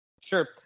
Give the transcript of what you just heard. Sure